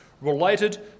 related